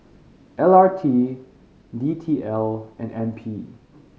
L R T D T L and N P